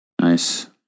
Nice